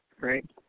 right